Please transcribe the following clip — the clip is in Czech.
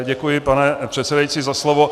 Děkuji, pane předsedající, za slovo.